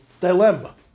dilemma